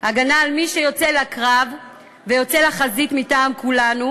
הגנה על מי שיוצא לקרב ויוצא לחזית מטעם כולנו,